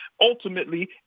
Ultimately